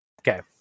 Okay